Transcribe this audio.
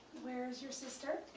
where's your sister?